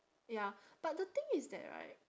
ya but the thing is that right